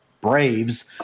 Braves